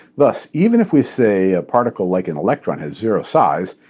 thus even if we say a particle like an electron has zero size,